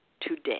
today